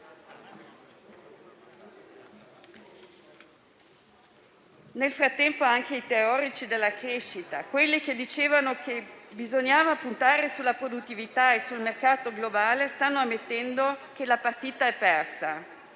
Nel frattempo anche i teorici della crescita, che dicevano che bisognava puntare sulla produttività e sul mercato globale, stanno ammettendo che la partita è persa.